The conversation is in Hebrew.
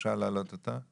בבקשה להעלות אותה.